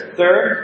third